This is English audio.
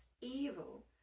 evil